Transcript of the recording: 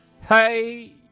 Hey